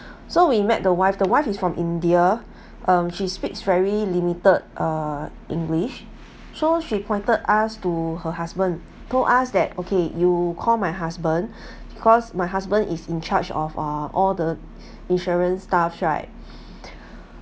so we met the wife the wife is from india um she speaks very limited uh english so she pointed us to her husband told us that okay you call my husband because my husband is in charge of uh all the insurance stuffs right